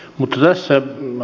noblesse d e